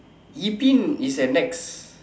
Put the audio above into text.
Yi-Pin is at Nex